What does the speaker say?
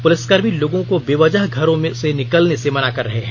पुलिसकर्मी लोगों को बेवजह घरों से निकलने से मना कर रहे हैं